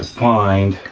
find.